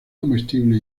comestible